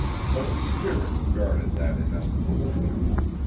but a spirit guarded that inestimable jewel,